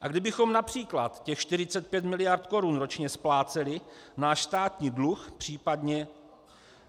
A kdybychom např. těch 45 mld. korun ročně spláceli náš státní dluh,